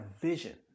vision